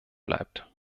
bleibt